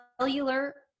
cellular